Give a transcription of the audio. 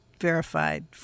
verified